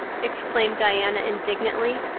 exclaimed diana indignantly.